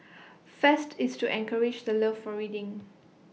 fest is to encourage the love for reading